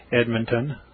Edmonton